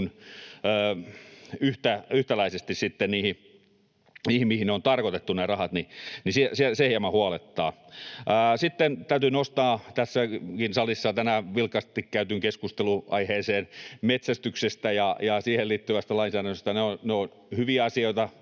yhtäläisesti sitten niihin, mihin ne on tarkoitettu, se hieman huolettaa. Sitten täytyy nostaa tässäkin salissa tänään vilkkaasti käyty keskustelunaihe metsästyksestä ja siihen liittyvä lainsäädäntö. Ne ovat hyviä asioita.